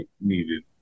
needed